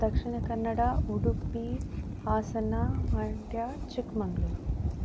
Dakshina Kannada Udupi Hassan Mandya Chikmagalur